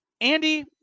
Andy